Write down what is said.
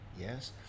Yes